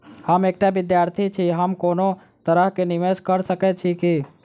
हम एकटा विधार्थी छी, हम कोनो तरह कऽ निवेश कऽ सकय छी की?